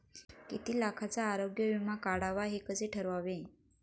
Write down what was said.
किती लाखाचा आरोग्य विमा काढावा हे कसे ठरवावे?